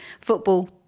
football